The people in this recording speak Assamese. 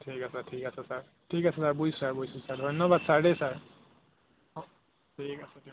ঠিক আছে ঠিক আছে ছাৰ ঠিক আছে ছাৰ বুজিছোঁ ছাৰ বুজিছোঁ ধন্যবাদ ছাৰ দেই ছাৰ অঁ ঠিক আছে